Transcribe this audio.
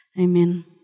Amen